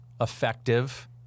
Effective